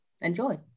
Enjoy